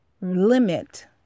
limit